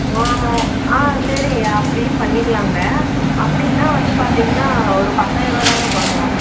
ஆ ஆ சரிங்க அப்படியும் பண்ணிக்கலாங்க அப்படின்னா வந்து பார்த்தீங்கன்னா ஒரு பத்தாயிரம் ரூபா தாங்க குறையும்